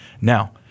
Now